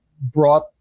brought